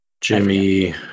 Jimmy